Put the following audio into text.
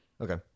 Okay